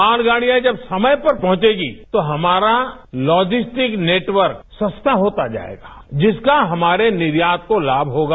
मालगाडियों जब समय पर पहुंचेगी तो हमारा लॉजिस्टिक नेटवर्क सस्ता होता जायेगा जिसका हमारे निर्यात को लाभ होगा